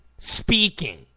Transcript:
speaking